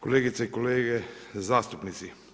Kolegice i kolege zastupnici.